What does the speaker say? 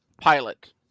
Pilot